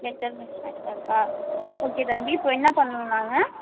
letter miss மேட்ச்சாக இருக்கா okay தம்பி இப்போது என்ன பண்ணணும் நாங்கள்